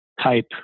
type